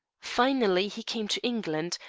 finally he came to england,